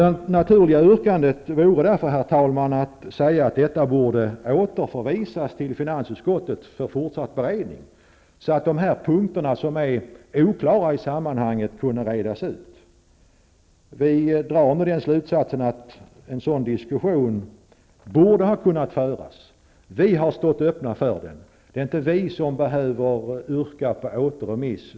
Det naturliga yrkandet vore därför, herr talman, att säga att förslaget borde återförvisas till finansutskottet för fortsatt beredning, så att de punkter som är oklara i sammanhanget kunde redas ut. Vi drar slutsatsen att en sådan diskussion borde ha kunnat föras. Vi har stått öppna för en sådan. Det är inte vi som behöver yrka på återremiss.